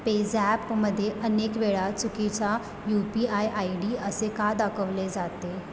पेझॅपमध्ये अनेक वेळा चुकीचा U P I I D असे का दाखवले जाते